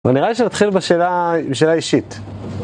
ונראה לי שנתחיל בשאלה... בשאלה אישית.